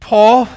Paul